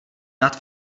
dát